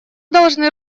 должны